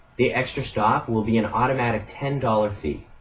the extra stop will be an automatic ten dollars fee.